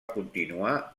continuar